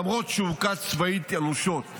למרות שהוכה צבאית אנושות.